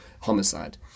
homicide